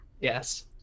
Yes